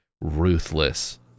ruthless